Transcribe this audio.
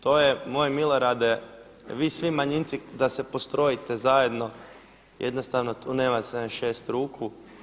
To je moj Milorade, vi svi manjinci da se postrojite zajedno jednostavno tu nema 76 ruku.